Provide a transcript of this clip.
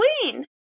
queen